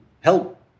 help